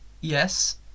Yes